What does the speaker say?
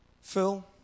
Phil